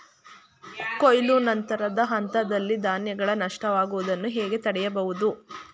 ಕೊಯ್ಲು ನಂತರದ ಹಂತದಲ್ಲಿ ಧಾನ್ಯಗಳ ನಷ್ಟವಾಗುವುದನ್ನು ಹೇಗೆ ತಡೆಯಬಹುದು?